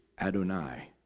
Adonai